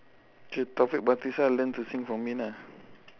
okay taufik batisah learn to sing from me lah